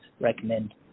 recommend